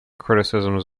criticisms